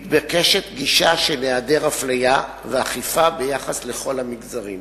מתבקשת גישה של היעדר אפליה ואכיפה ביחס לכל המגזרים.